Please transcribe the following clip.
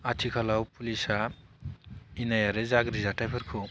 आथिखालाव पुलिसआ इनाय आरो गाज्रि जाथाइफोरखौ